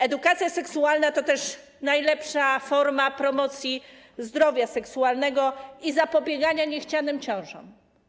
Edukacja seksualna to też najlepsza forma promocji zdrowia seksualnego i zapobiegania niechcianym ciążom.